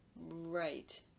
Right